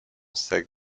sec